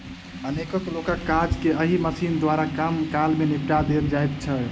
अनेको लोकक काज के एहि मशीन द्वारा कम काल मे निपटा देल जाइत छै